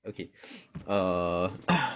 okay err